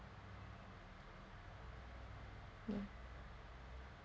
mm